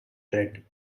dread